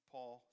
Paul